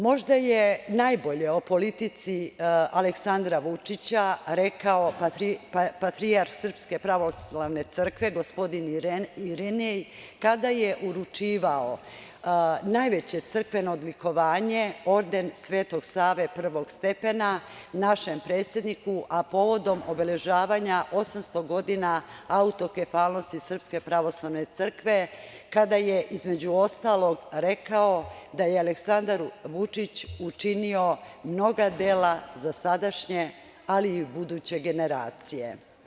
Možda je najbolje o politici Aleksandra Vučića rekao patrijarh Srpske pravoslavne crkve gospodin Irinej, kada je uručivao najveće crkveno odlikovanje Orden Sv. Save prvog stepena našem predsedniku, a povodom obeležavanja 800 godina autokefalnosti SPC, kada je između ostalog rekao da je Aleksandar Vučić učinio mnoga dela za sadašnje, ali i buduće generacije.